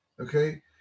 Okay